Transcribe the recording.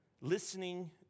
listening